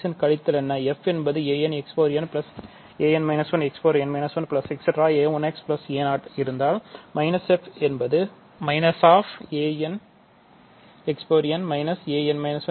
f என்பது a nxn an 1xn 1